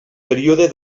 període